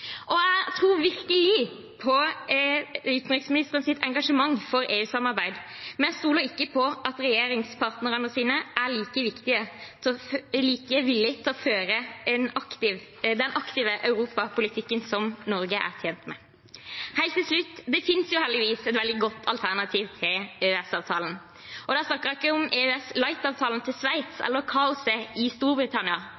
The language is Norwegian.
Jeg tror virkelig på utenriksministerens engasjement for EU-samarbeid, men jeg stoler ikke på at regjeringspartneren er like villig til å føre den aktive europapolitikken som Norge er tjent med. Helt til slutt: Det finnes heldigvis et veldig godt alternativ til EØS-avtalen, og da snakker jeg ikke om EØS-light-avtalen til Sveits